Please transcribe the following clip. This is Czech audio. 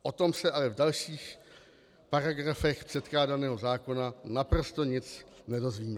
O tom se ale v dalších paragrafech předkládaného zákona naprosto nic nedozvíme.